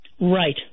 Right